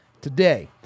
today